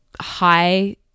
high